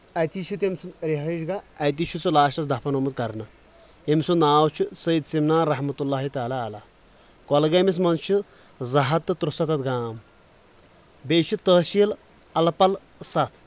اتی چھُ تٔمۍ سُنٛد رہٲیِش گاہ اتی چھُ سُہ لاسٹس دفن آمُت کرنہٕ یٔمۍ سُنٛد ناو چھُ سعید سمنان رحمتہِ اللہ تعالیٰ علیٰ کۄلگٲمس منٛز چھ زٕ ہتھ تہٕ تُرٚ ستتھ گام بییٚہِ چھِ تعصیٖل الہٕ پلہٕ ستھ